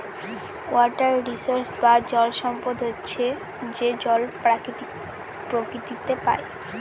water resource বা জল সম্পদ হচ্ছে যে জল প্রকৃতিতে পাই